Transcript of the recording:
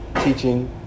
teaching